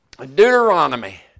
Deuteronomy